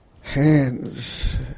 Hands